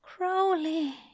Crowley